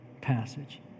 passage